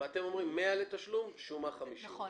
ואתם אומרים 100,000 שומה, לתשלום 50,000. נכון.